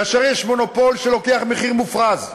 כאשר יש מונופול שלוקח מחיר מופרז,